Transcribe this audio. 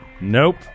Nope